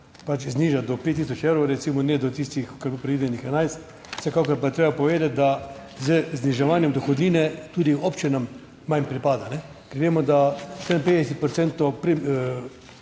pač zniža do 5000 evrov, recimo, ne do tistih, ki je bilo predvidenih 11. Vsekakor pa je treba povedati, da z zniževanjem dohodnine tudi občinam manj pripada, ker vemo, da 54